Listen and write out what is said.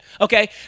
okay